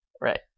Right